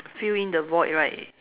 fill in the void right